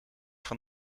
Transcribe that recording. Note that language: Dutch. van